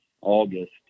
August